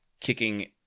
kicking